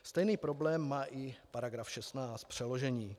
Stejný problém má i § 16 přeložení.